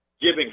giving